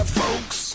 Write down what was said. folks